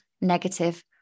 negative